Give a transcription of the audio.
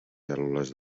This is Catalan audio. cèl·lules